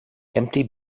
empty